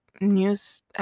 news